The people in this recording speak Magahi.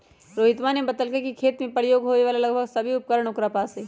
रोहितवा ने बतल कई कि खेत में प्रयोग होवे वाला लगभग सभी उपकरण ओकरा पास हई